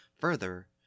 Further